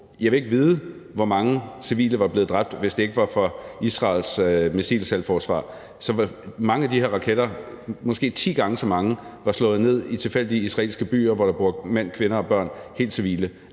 Jeg ved ikke, hvor mange civile der var blevet dræbt, hvis det ikke var for Israels missilselvforsvar. Mange af de her raketter – måske ti gange så mange – var slået ned i tilfældige israelske byer, hvor der bor helt civile